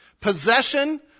Possession